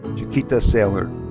chiquita sailor.